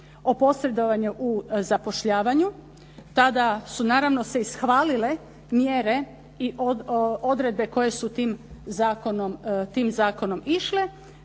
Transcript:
o posredovanju u zapošljavanju. Tada su se naravno ishvalile mjere i odredbe koje su tim zakonom išle.